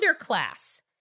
underclass